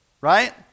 right